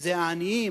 זה העניים,